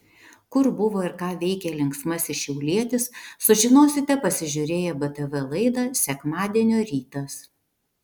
kur buvo ir ką veikė linksmasis šiaulietis sužinosite pasižiūrėję btv laidą sekmadienio rytas